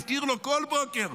ויזכיר לו כל בוקר,